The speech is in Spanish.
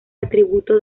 atributo